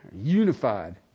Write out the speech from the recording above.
Unified